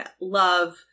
love